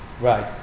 Right